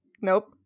Nope